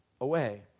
away